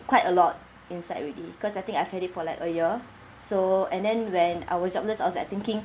quite a lot inside already cause I think I have it for like a year so and then when I was jobless I was like thinking